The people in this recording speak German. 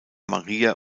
maria